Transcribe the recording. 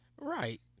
Right